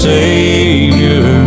Savior